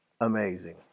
amazing